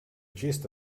gist